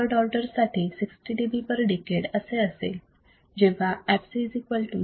third order साठी 60 dB per decade असे असेल जेव्हा fc 0